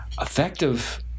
effective